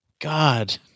God